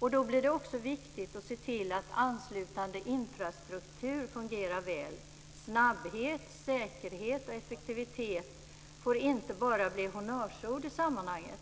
Då blir det också viktigt att se till att anslutande infrastruktur fungerar väl. Snabbhet, säkerhet och effektivitet får inte bara bli honnörsord i sammanhanget.